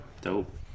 Dope